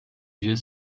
dia